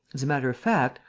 as a matter of fact,